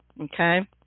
Okay